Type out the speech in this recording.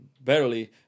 barely